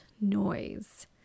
noise